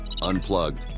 Unplugged